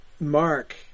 Mark